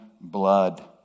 blood